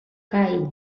kai